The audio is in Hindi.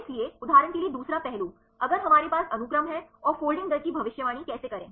इसलिए उदाहरण के लिए दूसरा पहलू अगर हमारे पास अनुक्रम है और फोल्डिंग दर की भविष्यवाणी कैसे करें